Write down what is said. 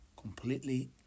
completely